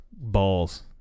balls